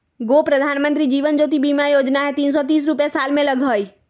गो प्रधानमंत्री जीवन ज्योति बीमा योजना है तीन सौ तीस रुपए साल में लगहई?